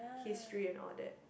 history and all that